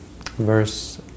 verse